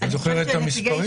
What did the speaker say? את זוכרת את המספרים?